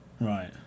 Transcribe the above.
Right